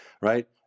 Right